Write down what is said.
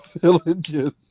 villages